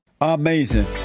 Amazing